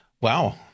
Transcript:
Wow